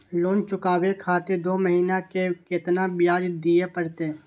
Loan चुकाबे खातिर दो महीना के केतना ब्याज दिये परतें?